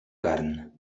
carn